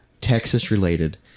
Texas-related